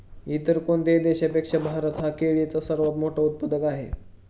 इतर कोणत्याही देशापेक्षा भारत हा केळीचा सर्वात मोठा उत्पादक आहे